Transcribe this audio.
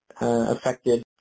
affected